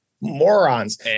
Morons